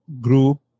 group